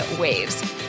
waves